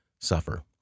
suffer